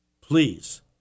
please